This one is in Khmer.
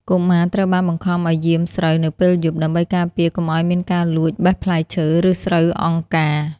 កុមារត្រូវបានបង្ខំឱ្យយាមស្រូវនៅពេលយប់ ដើម្បីការពារកុំឱ្យមានការលួចបេះផ្លែឈើ ឬស្រូវអង្គការ។